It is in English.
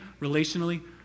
relationally